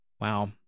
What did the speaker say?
Wow